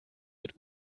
mit